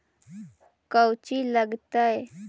कौची लगतय?